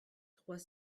trois